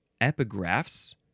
epigraphs